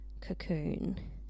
cocoon